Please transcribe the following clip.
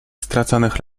straconych